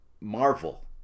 Marvel